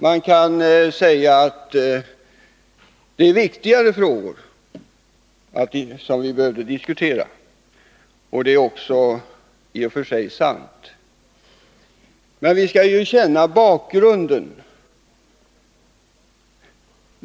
Man kan säga att det finns viktigare frågor som vi behövde diskutera, och det är i och för sig sant. Men vi skall ju känna bakgrunden.